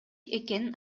экенин